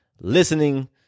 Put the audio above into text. listening